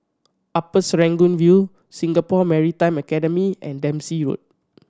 Upper Serangoon View Singapore Maritime Academy and Dempsey Road